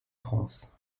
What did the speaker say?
france